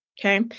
Okay